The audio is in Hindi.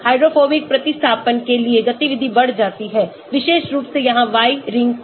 हाइड्रोफोबिक प्रतिस्थापन के लिए गतिविधि बढ़ जाती है विशेष रूप से यहां Y रिंगकी